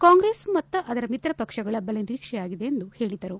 ಕಾಂಗ್ರೆಸ್ ಮತ್ತು ಅದರ ಮಿತ್ರಪಕ್ಷಗಳ ಬಲ ಪರೀಕ್ಷೆಯಾಗಿದೆ ಎಂದು ಹೇಳಿದರು